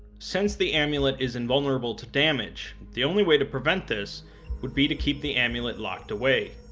since the amulet is invulnerable to damage, the only way to prevent this would be to keep the amulet locked away,